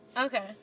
Okay